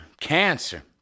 cancer